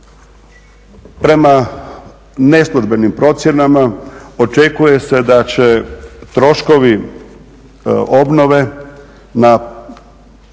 Prema neslužbenim procjenama očekuje se da će troškovi obnove na području